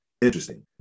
interesting